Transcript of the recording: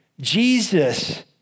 Jesus